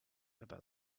about